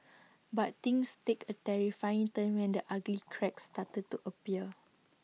but things take A terrifying turn when the ugly cracks started to appear